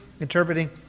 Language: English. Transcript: interpreting